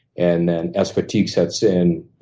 and then as fatigue sets in,